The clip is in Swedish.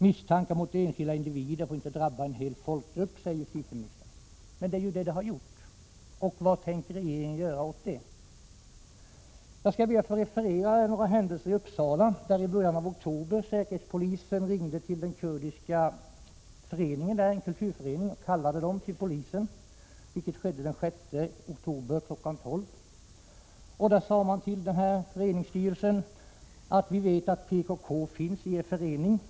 ”Misstankar mot enskilda individer får inte drabba en hel folkgrupp”, säger justitieministern. Men det är just det de har gjort! Vad tänker regeringen göra åt det? Jag skall be att få referera några händelser i Uppsala. Den 6 oktober kl. 12.00 förra året kallade säkerhetspolisen den kurdiska kulturföreningens styrelse till polishuset. Man sade till styrelsen: Vi vet att företrädare för PKK finns i er förening.